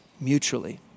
mutually